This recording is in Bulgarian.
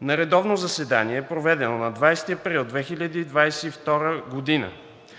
На редовно заседание, проведено на 20 април 2022 г.,